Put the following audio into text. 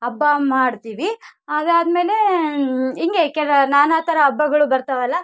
ಹಬ್ಬ ಮಾಡ್ತೀವಿ ಅದಾದ ಮೇಲೆ ಹಿಂಗೆ ಕೆಲ ನಾನಾ ಥರ ಹಬ್ಬಗಳು ಬರ್ತಾವಲ್ಲ